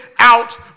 Out